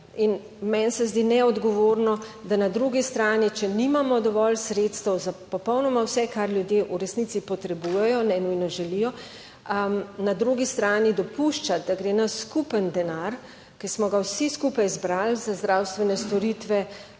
in meni se zdi neodgovorno, da na drugi strani, če nimamo dovolj sredstev za popolnoma vse, kar ljudje v resnici potrebujejo, ne nujno želijo, na drugi strani dopušča, da gre naš skupen denar, ki smo ga vsi skupaj zbrali za zdravstvene storitve,